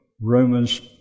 Romans